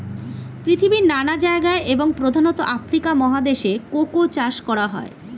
পৃথিবীর নানা জায়গায় এবং প্রধানত আফ্রিকা মহাদেশে কোকো চাষ করা হয়